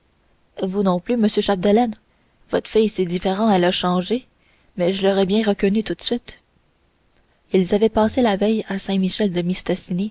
vous non plus monsieur chapdelaine votre fille c'est différent elle a changé mais je l'aurais bien reconnue tout de suite ils avaient passé la veille à